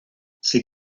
ces